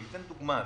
לדוגמה,